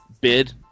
bid